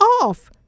off